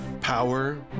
Power